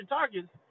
targets